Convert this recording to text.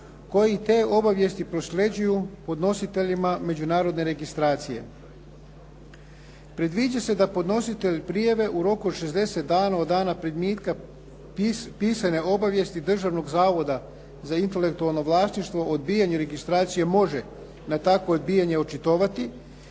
koji te obavijesti prosljeđuju podnositeljima međunarodne registracije. Predviđa se da podnositelj prijave u roku od 60 dana od dana primitka pisane obavijesti Državnog zavoda za intelektualno vlasništvo odbijanje registracije može na takvo odbijanje očitovati.